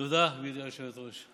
תודה, גברתי היושבת-ראש.